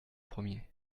premier